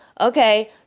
okay